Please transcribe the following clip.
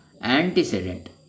antecedent